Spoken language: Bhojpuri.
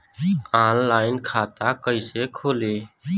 ऑनलाइन खाता कइसे खुली?